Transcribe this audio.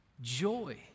joy